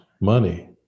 money